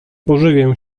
pożywię